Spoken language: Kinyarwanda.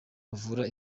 bavura